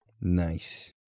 Nice